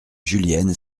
julienne